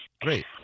Great